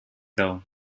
though